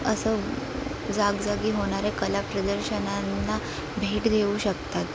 असं जागोजागी होणाऱ्या कला प्रदर्शनांना भेट देऊ शकतात